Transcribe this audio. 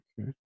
Okay